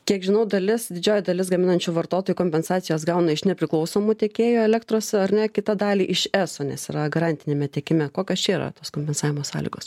kiek žinau dalis didžioji dalis gaminančių vartotojų kompensacijas gauna iš nepriklausomų tiekėjų elektros ar ne kitą dalį iš eso nes yra garantiniame tiekime kokios čia yra tos kompensavimo sąlygos